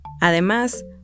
Además